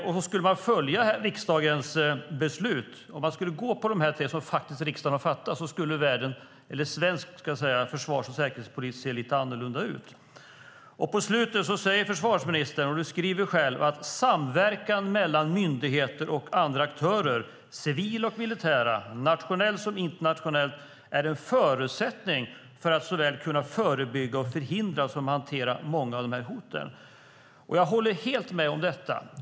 Om man skulle gå på de beslut som riksdagen har fattat skulle världen enligt svensk försvars och säkerhetspolitik se lite annorlunda ut. På slutet skriver försvarsministern själv: "Samverkan mellan myndigheter och andra aktörer - civila och militära, nationellt och internationellt - är en förutsättning för att såväl kunna förebygga och förhindra som hantera många av hoten." Jag håller helt med om detta.